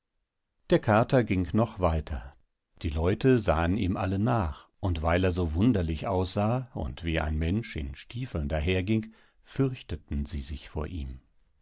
der kater ging noch weiter die leute sahen ihm alle nach und weil er so wunderlich aussah und wie ein mensch im stiefeln daherging fürchteten sie sich vor ihm